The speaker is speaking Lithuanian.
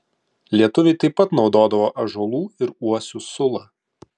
lietuviai taip pat naudodavo ąžuolų ir uosių sulą